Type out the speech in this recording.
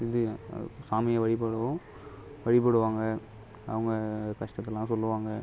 இந்திய சாமியை வழிபடவும் வழிபடுவாங்க அவங்க கஷ்டத்தெலாம் சொல்லுவாங்க